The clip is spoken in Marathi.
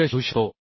मूल्य शोधू शकतो